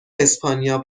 اسپانیا